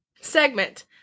segment